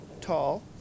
tall